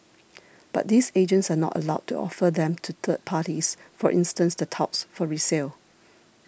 but these agents are not allowed to offer them to third parties for instance the touts for resale